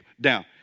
down